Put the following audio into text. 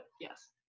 yes